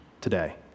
today